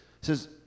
says